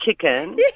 chicken